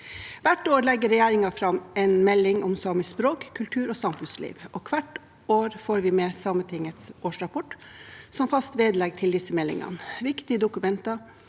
Hvert år legger regjeringen fram en melding om samisk språk, kultur og samfunnsliv, og hvert år får vi med Sametingets årsrapport som fast vedlegg til disse meldingene. Viktige dokumenter